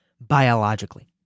biologically